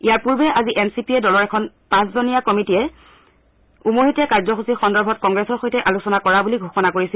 ইয়াৰ পূৰ্বে আজি N C পিয়ে দলৰ এখন পাঁচজনীয়া কমিটিয়ে উমৈহতীয়া কাৰ্যসূচী সন্দৰ্ভত কংগ্ৰেছৰ সৈতে আলোচনা কৰা বুলি ঘোষণা কৰিছিল